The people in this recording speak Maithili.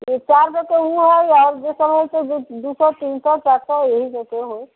चारगो तऽ ओ हइ आओर जे सभ हइ दू सए तीन सए चारि सए ई जते होइ